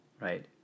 right